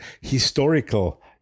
historical